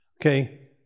okay